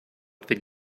they